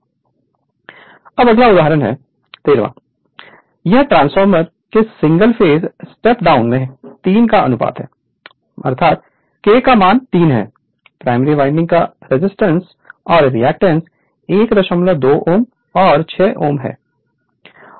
Refer Slide Time 0348 अब अगला उदाहरण है 13 यहां ट्रांसफार्मर के सिंगल फेज स्टेप डाउन में 3 का अनुपात है यह k 3 है प्राइमरी वाइंडिंग का रेजिस्टेंस और रिएक्टेंस 12 Ω और 6Ω है